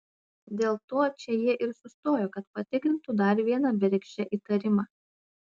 dėl to čia jie ir sustojo kad patikrintų dar vieną bergždžią įtarimą